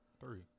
Three